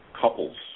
couples